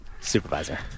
Supervisor